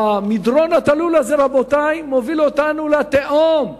המדרון התלול הזה, רבותי, מוביל אותנו לתהום,